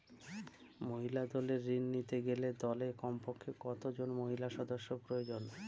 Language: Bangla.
মহিলা দলের ঋণ নিতে গেলে দলে কমপক্ষে কত জন মহিলা সদস্য প্রয়োজন?